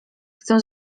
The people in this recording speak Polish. chcę